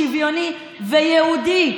שוויוני ויהודי.